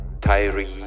Tyree